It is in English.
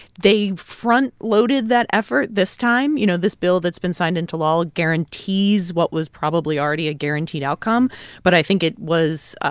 they front-loaded that effort this time. you know, this bill that's been signed into law guarantees what was probably already a guaranteed outcome but i think it was,